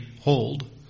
hold